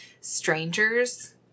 Strangers